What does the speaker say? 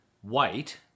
white